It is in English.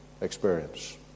experience